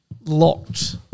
locked